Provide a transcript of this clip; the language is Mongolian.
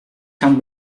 чамд